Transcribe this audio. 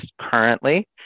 currently